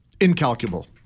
incalculable